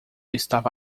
estava